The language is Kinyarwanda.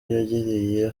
yangiriye